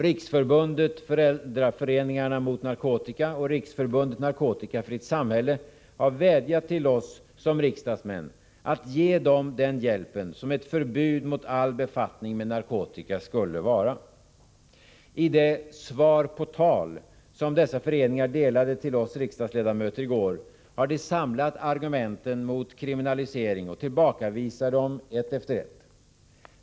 Riksförbundet Föräldraföreningarna mot narkotika och Riksförbundet Narkotikafritt Samhälle har vädjat till oss som riksdagsmän att ge dem den hjälpen som ett förbud mot all befattning med narkotika skulle vara. I det ”Svar på tal” som dessa föreningar delade till alla riksdagsledamöter i går har de samlat argumenten mot kriminalisering och tillbakavisar dem ett efter ett.